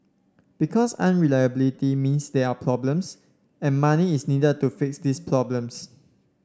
because unreliability means there are problems and money is needed to fix these problems